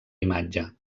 imatge